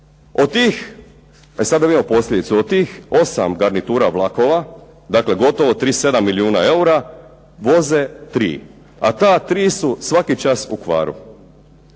Od tih, e sad da vidimo posljedicu, od tih osam garnitura vlakova, dakle gotovo 37 milijuna eura voze 3, a ta 3 su svaki čas u kvaru.